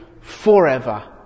forever